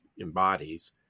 embodies